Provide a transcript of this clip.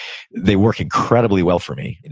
they work incredibly well for me.